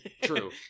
true